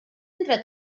entre